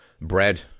bread